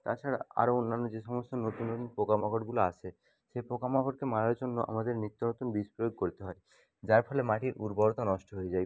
তাছাড়া আরও অন্যান্য যে সমস্ত নতুন নতুন পোকা মাকড়গুলো আসে সেই পোকা মাকড়কে মারার জন্য আমাদেরকে নিত্যনতুন বিষ প্রয়োগ করতে হয় যার ফলে মাটির উর্বরতা নষ্ট হয়ে যায়